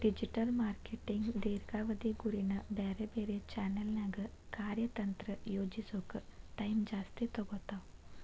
digital marketing ದೇರ್ಘಾವಧಿ ಗುರಿನ ಬ್ಯಾರೆ ಬ್ಯಾರೆ ಚಾನೆಲ್ನ್ಯಾಗ ಕಾರ್ಯತಂತ್ರ ಯೋಜಿಸೋಕ ಟೈಮ್ ಜಾಸ್ತಿ ತೊಗೊತಾವ